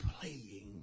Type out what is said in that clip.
playing